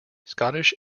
scottish